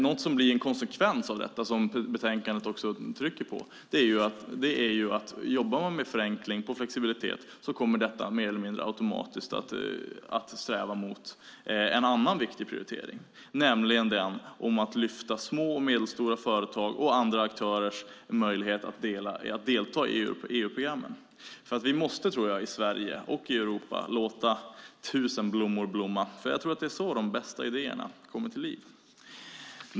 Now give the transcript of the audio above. Något som blir en konsekvens av detta, och som det också trycks på i betänkandet, är att jobbar man med förenkling och flexibilitet kommer man mer eller mindre automatiskt att sträva mot en annan viktig prioritering, nämligen den om att lyfta små och medelstora företags och andra aktörers möjligheter till att delta i EU-programmen. Vi måste i Sverige och i Europa låta tusen blommor blomma. Jag tror att det är så de bästa idéerna kommer till liv.